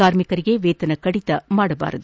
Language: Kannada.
ಕಾರ್ಮಿಕರಿಗೆ ವೇತನ ಕಡಿತ ಮಾಡಬಾರದು